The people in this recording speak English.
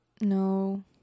no